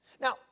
Now